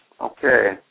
Okay